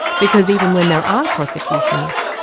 because even when there are prosecutions,